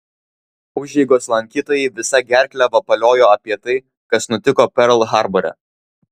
užeigos lankytojai visa gerkle vapaliojo apie tai kas nutiko perl harbore